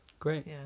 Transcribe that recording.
great